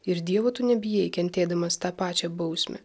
ir dievo tu nebijai kentėdamas tą pačią bausmę